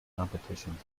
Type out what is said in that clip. competitions